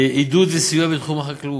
עידוד וסיוע בתחום החקלאות: